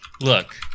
look